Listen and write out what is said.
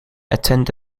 attend